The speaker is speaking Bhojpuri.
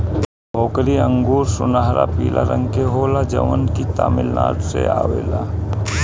भोकरी अंगूर सुनहरा पीला रंग के होला जवन की तमिलनाडु से आवेला